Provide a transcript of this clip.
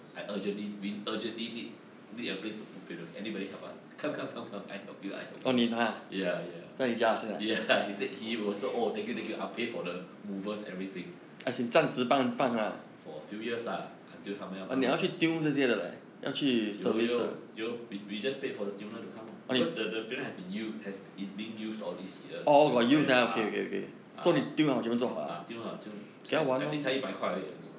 I urgently we urgently need need a place to put piano anybody help us come come come come I help you I help you ya ya ya he say he wou~ so oh thank you thank you I'll pay for the movers everything for a few years ah until 他们要搬回来有有有 we we just pay the the tuner and come ah because the the panio has been used has b~ is being used all this years the friend ah ah ah tune liao tune I I think 才一百块而已